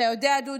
אתה יודע, דודי,